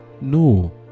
no